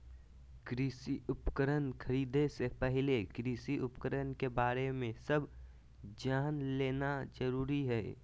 कृषि उपकरण खरीदे से पहले कृषि उपकरण के बारे में सब जान लेना जरूरी हई